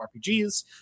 RPGs